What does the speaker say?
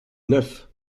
neuf